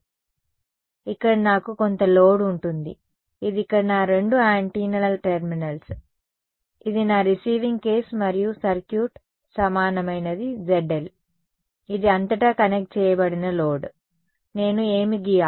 కాబట్టి ఇక్కడ నాకు కొంత లోడ్ ఉంటుంది ఇది ఇక్కడ నా రెండు యాంటెన్నాల టెర్మినల్స్ ఇది నా రిసీవింగ్ కేస్ మరియు సర్క్యూట్ సమానమైనది ZL ఇది అంతటా కనెక్ట్ చేయబడిన లోడ్ నేను ఏమి గీయాలి